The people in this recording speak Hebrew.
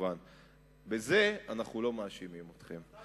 בזה אנחנו לא מאשימים אתכם.